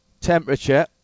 temperature